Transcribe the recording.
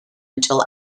until